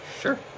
Sure